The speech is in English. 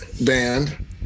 band